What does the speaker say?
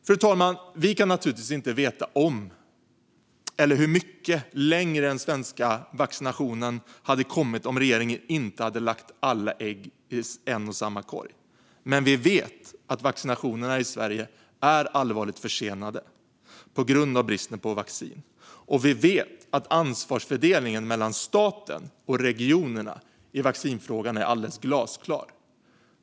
Fru talman! Vi kan naturligtvis inte veta om den svenska vaccineringen hade kommit längre, och inte heller hur mycket längre, om regeringen inte hade lagt alla ägg i en och samma korg. Men vi vet att vaccinationerna i Sverige är allvarligt försenade på grund av bristen på vaccin. Och vi vet att ansvarsfördelningen mellan staten och regionerna i vaccinfrågan är alldeles glasklar.